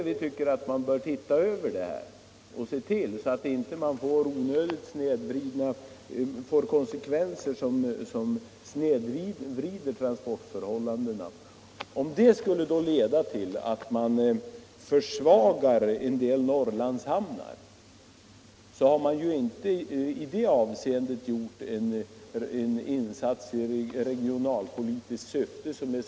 Vi anser att det finns anledning att se över detta stöd så att det inte snedvrider transportförhållandena. Om en sådan snedvridning skulle medföra en försvagning av en del Norrlandshamnar, har man ju inte gjort någon regionalpolitisk insats.